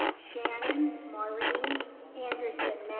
shannon maureen anderson,